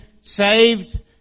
saved